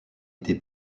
été